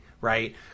right